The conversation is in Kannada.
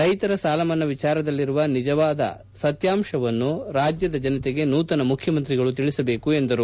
ರೈತರ ಸಾಲಮನ್ನಾ ವಿಚಾರದಲ್ಲಿರುವ ನಿಜವಾದ ಸತ್ಯಾಂಶವನ್ನು ರಾಜ್ಯದ ಜನತೆಗೆ ನೂತನ ಮುಖ್ಯಮಂತ್ರಿಗಳು ತಿಳಿಸಬೇಕು ಎಂದರು